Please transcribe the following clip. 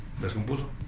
descompuso